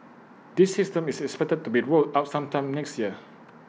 this system is expected to be rolled out sometime next year